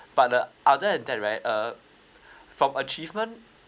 but uh other than that right uh from achievement